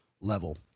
level